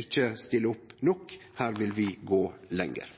ikkje stiller opp nok. Her vil vi gå lenger.